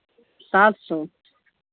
सात सौ